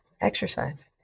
Exercise